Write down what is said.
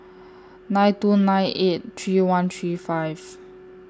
nine two nine eight three one three five